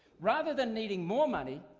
rather than needing more money,